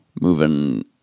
moving